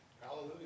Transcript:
Hallelujah